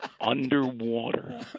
underwater